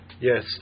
yes